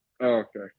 Okay